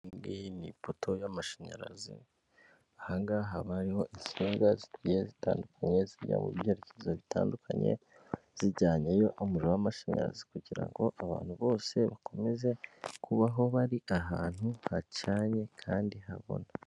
Iyi ngiyi ni ipoto y'amashanyarazi, aha ngaha haba hariho insinga zigiye zitandukanye zijya mu byerekezo bitandukanye, zijyanyeyo umuriro w'amashanyarazi kugira ngo abantu bose bakomeze kubaho bari ahantu hacanye kandi habona.